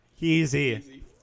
Easy